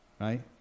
right